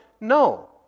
No